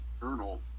journal